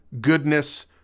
goodness